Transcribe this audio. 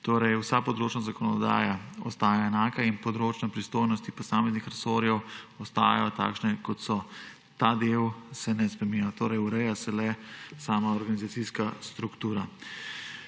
spreminja. Vsa področna zakonodaja ostaja enaka in področne pristojnosti posameznih resorjev ostajajo takšne, kot so. Ta del se ne spreminja. Ureja se le sama organizacijska struktura.